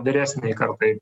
vyresniajai kartai